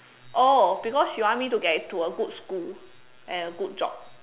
oh because she want me to get into a good school and a good job